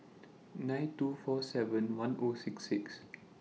nine two four seven one O six six